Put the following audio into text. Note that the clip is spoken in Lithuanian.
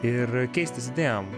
ir keistis idėjom